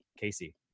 Casey